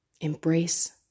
Embrace